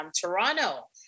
Toronto